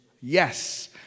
Yes